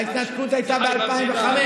ההתנתקות הייתה ב-2005.